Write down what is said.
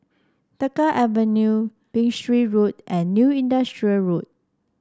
Tengah Avenue Berkshire Road and New Industrial Road